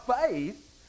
faith